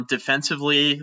Defensively